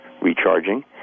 recharging